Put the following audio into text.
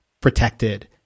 protected